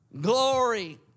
Glory